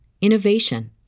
innovation